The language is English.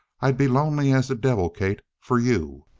i'd be lonely as the devil, kate, for you!